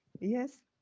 Yes